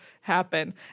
happen